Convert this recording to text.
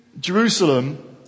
Jerusalem